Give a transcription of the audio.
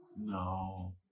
No